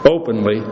openly